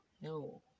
No